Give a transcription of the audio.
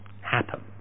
happen